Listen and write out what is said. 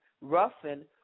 Ruffin